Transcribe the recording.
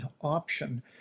option